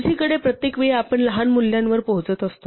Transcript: दुसरीकडे प्रत्येक वेळी आपण लहान मूल्यांवर पोहोचत असतो